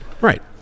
right